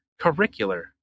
curricular